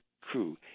crew